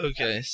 Okay